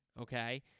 Okay